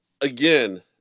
again